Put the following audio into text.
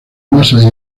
masas